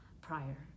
prior